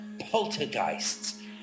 poltergeists